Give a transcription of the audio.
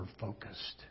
focused